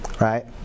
right